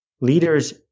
leaders